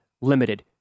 limited